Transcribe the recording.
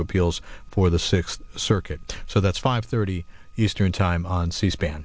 of appeals for the sixth circuit so that's five thirty eastern time on c span